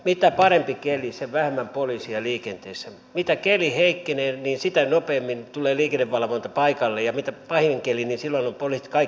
mitä parempi keli sen vähemmän poliiseja liikenteessä mitä enemmän keli heikkenee niin sitä nopeammin tulee liikennevalvonta paikalle ja kun on pahin keli niin silloin ovat kaikki poliisit tien päällä